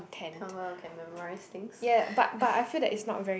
how well I can memorize things